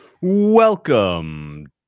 Welcome